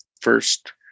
first